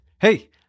Hey